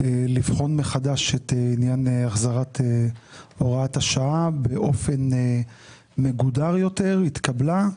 לבחון מחדש את עניין החזרת הוראת השעה באופן מגודר יותר התקבלה.